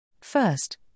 First